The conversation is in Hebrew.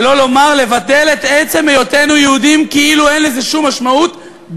שלא לומר לבטל את עצם היותנו יהודים כאילו אין לזה שום משמעות,